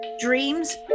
Dreams